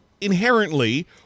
inherently